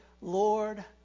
Lord